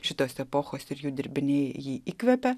šitos epochos ir jų dirbiniai jį įkvepia